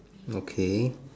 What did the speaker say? okay